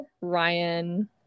Ryan